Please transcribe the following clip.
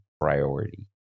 priority